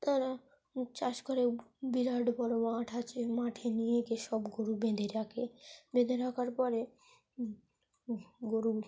তারা চাষ করে বিরাট বড় মাঠ আছে মাঠে নিয়ে গিয়ে সব গরু বেঁধে রাখে বেঁধে রাখার পরে গরু